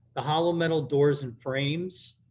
the hollow metal doors and frames